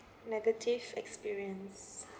negative experience